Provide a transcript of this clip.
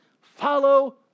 follow